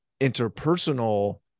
interpersonal